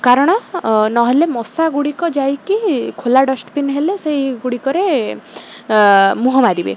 କାରଣ ନହେଲେ ମଶା ଗୁଡ଼ିକ ଯାଇକି ଖୋଲା ଡଷ୍ଟବିନ୍ ହେଲେ ସେଇ ଗୁଡ଼ିକରେ ମୁହଁ ମାରିବେ